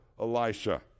Elisha